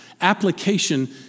application